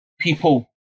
people